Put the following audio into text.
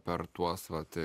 per tuos vat